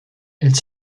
elles